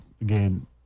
again